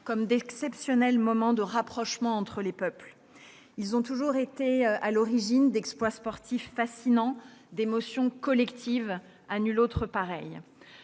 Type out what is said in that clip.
comme d'exceptionnels moments de rapprochement entre les peuples. Les Jeux ont été à l'origine d'exploits sportifs fascinants, d'émotions collectives à nulle autre pareille.